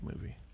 movie